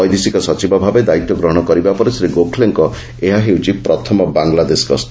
ବୈଦେଶିକ ସଚିବ ଭାବେ ଦାୟିତ୍ୱ ଗ୍ରହଣ କରିବା ପରେ ଶ୍ରୀ ଗୋଖଲେଙ୍କ ଏହା ହେଉଛି ପ୍ରଥମ ବାଂଲାଦେଶ ଗସ୍ତ